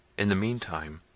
in the meantime,